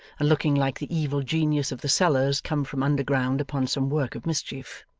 and looking like the evil genius of the cellars come from underground upon some work of mischief.